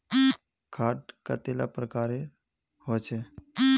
खाद कतेला प्रकारेर होचे?